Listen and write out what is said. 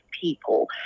people